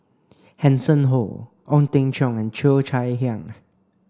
Hanson Ho Ong Teng Cheong and Cheo Chai Hiang